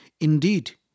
indeed